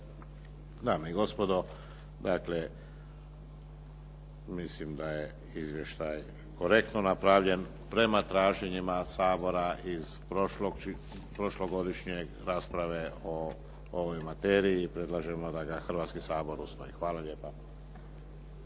Dame i gospodo, mislim da je izvještaj korektno napravljen prema traženjima Sabora iz prošlogodišnje rasprave o ovoj materije. Predlažemo da ga Hrvatski sabor usvoji. Hvala lijepa.